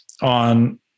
on